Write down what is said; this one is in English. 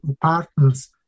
partners